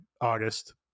August